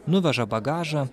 nuveža bagažą